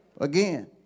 Again